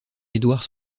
édouard